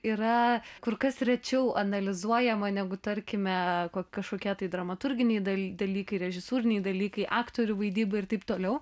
yra kur kas rečiau analizuojama negu tarkime kažkokie tai dramaturginiai daly dalykai režisūriniai dalykai aktorių vaidyba ir taip toliau